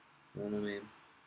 don't know man